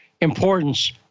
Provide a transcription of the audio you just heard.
importance